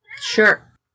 Sure